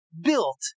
built